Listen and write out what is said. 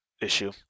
issue